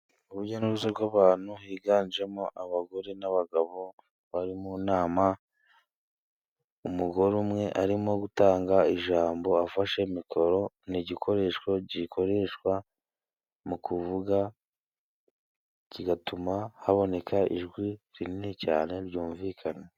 Urujya n'uruza rw'abantu higanjemo abagore n'abagabo bari mu nama. Umugore umwe arimo gutanga ijambo afashe mikoro. Ni igikoresho gikoreshwa mu kuvuga kigatuma haboneka ijwi rinini cyane ryumvikana.